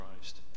Christ